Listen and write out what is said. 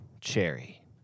Cherry